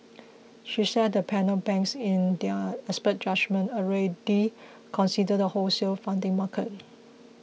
she said the panel banks in their expert judgement already consider the wholesale funding market